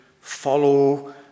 follow